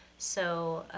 so